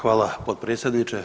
Hvala potpredsjedniče.